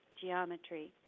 geometry